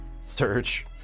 search